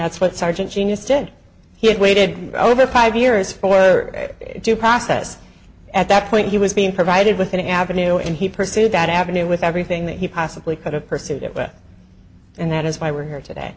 that's what sergeant genius did he had waited over five years for her due process at that point he was being provided with an avenue and he pursued that avenue with everything that he possibly could have pursued it and that is why we're here today